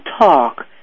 talk